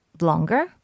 longer